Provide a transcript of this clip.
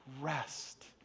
Rest